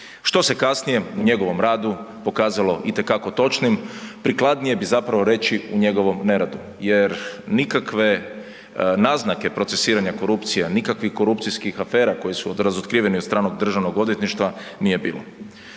Što se kasnije u njegovom radu pokazalo itekako točnim, prikladnije bi zapravo reći u njegovom ne radu jer nikakve naznake procesuiranja korupcije, nikakvih korupcijskih afera koje su razotkrivene od strane Državnog odvjetništva nije bilo.